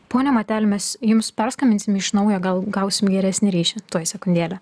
ponia mateli mes jums perskambinsim iš naujo gal gausim geresnį ryšį tuoj sekundėlę